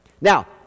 Now